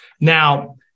Now